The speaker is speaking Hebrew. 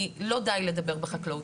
כי לא די לדבר בחקלאות.